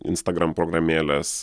instagram programėlės